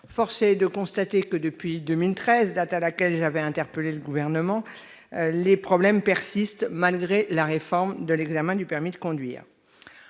Force est de constater que, depuis 2013, date à laquelle j'ai interpellé le Gouvernement, les problèmes persistent malgré les réformes de l'examen du permis de conduire.